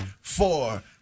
four